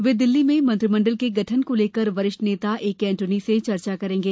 वे दिल्ली में मंत्रिमंडल के गठन को लेकर वरिष्ठ नेता एके एंटोनी से चर्चा करेंगे